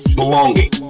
belonging